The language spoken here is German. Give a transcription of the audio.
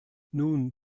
nun